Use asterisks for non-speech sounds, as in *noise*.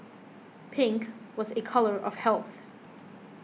pink was a colour of *noise* health